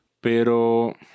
Pero